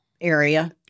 area